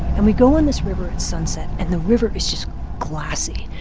and we go on this river at sunset, and the river is just glassy.